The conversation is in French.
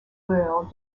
lueurs